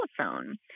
telephone